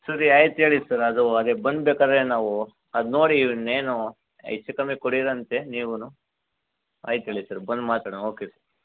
ಸರಿ ಆಯ್ತು ಹೇಳೀ ಸರ್ ಅದು ಅದೇ ಬಂದು ಬೇಕಾರೆ ನಾವು ಅದು ನೋಡೀ ಇನ್ನೇನೂ ಹೆಚ್ಚು ಕಮ್ಮಿ ಕೊಡಿರಂತೆ ನೀವುನು ಆಯ್ತು ಇರಲಿ ಸರ್ ಬಂದು ಮಾತಾಡೋಣ ಓಕೆ